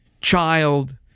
child